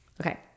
Okay